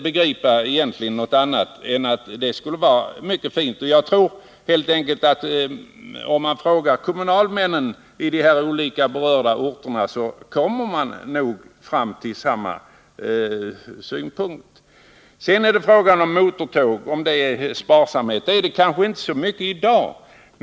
Jag skulle tro att också kommunalmännen i de olika berörda orterna skulle kunna komma fram till samma ståndpunkt. När det sedan gäller frågan om motortåg och möjligheterna att spara energi, så finns det kanske i dag inte några sådana möjligheter.